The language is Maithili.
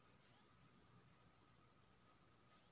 यूरिया के मात्रा परै के की होबाक चाही?